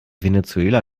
venezuela